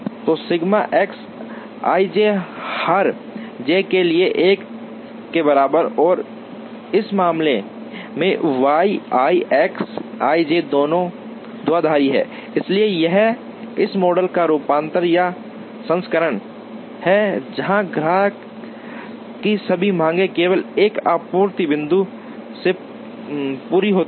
तो sigma X I J हर J के लिए 1 के बराबर है और इस मामले में वाई आई एक्स आईजे दोनों द्विआधारी हैं इसलिए यह इस मॉडल का रूपांतर या संस्करण है जहां ग्राहक की सभी मांग केवल एक आपूर्ति बिंदु से पूरी होती है